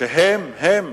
שהם, הם,